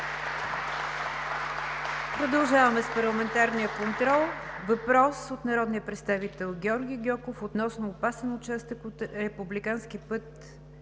Продължаваме с парламентарния контрол. Въпрос от народния представител Георги Гьоков относно опасен участък от републикански път